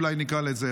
אולי נקרא לזה,